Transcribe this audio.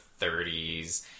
30s